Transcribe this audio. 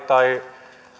tai